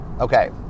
Okay